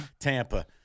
Tampa